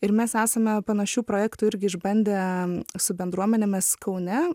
ir mes esame panašių projektų irgi išbandę su bendruomenėmis kaune